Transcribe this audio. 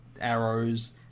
arrows